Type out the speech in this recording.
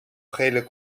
gele